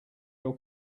your